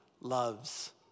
loves